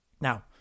Now